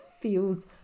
feels